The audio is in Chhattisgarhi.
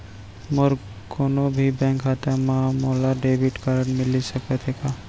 मोर कोनो भी बैंक खाता मा मोला डेबिट कारड मिलिस सकत हे का?